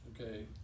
Okay